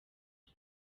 ine